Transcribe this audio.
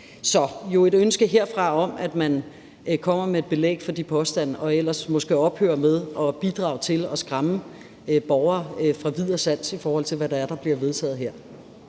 er jo et ønske herfra om, at man kommer med et belæg for de påstande eller måske ophører med at bidrage til at skræmme borgere fra vid og sans, i forhold til hvad det er, der bliver vedtaget her.